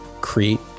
Create